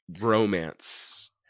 romance